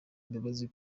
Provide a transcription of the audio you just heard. imbabazi